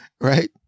Right